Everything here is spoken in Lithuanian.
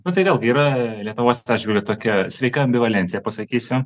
nu tai vėl gi yra lietuvos atžvilgiu tokia sveika ambivalencija pasakysiu